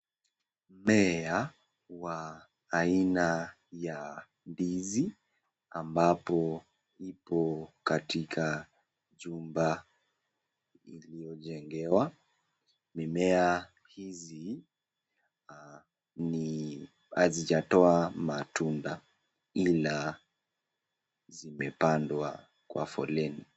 Mmea wa aina ya ndizi ambapo ipo katika chumba iliyojengewa mimea hizi hazijatoa matunda ila zimepangwa kwa foleni.